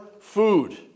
food